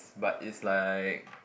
but is like